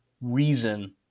reason